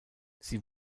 sie